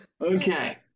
Okay